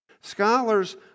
Scholars